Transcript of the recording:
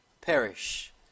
perish